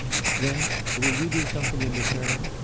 then will you do something in return?